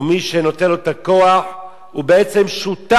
או מי שנותן לו את הכוח, הוא בעצם שותף